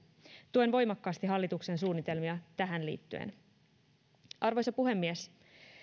tuen voimakkaasti hallituksen suunnitelmia tähän liittyen arvoisa puhemies